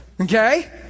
Okay